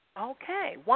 Okay